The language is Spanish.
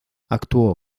actuó